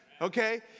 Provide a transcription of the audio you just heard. okay